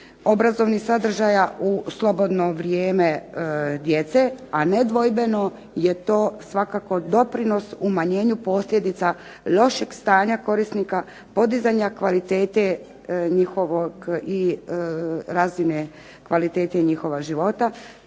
obrazovnih sadržaja u slobodno vrijeme djece, a nedvojbeno je to svakako doprinos umanjenju posljedica lošeg stanja korisnika, podizanja kvalitete njihovog